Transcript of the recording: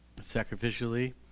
sacrificially